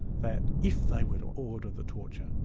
that if they were to order the torture,